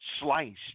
sliced